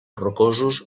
rocosos